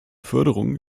förderung